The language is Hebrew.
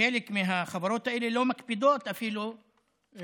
חלק מהחברות האלה לא מקפידות אפילו לעדכן,